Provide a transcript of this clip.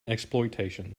exploitation